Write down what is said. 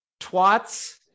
twats